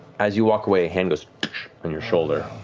as you walk away, a hand goes on your shoulder.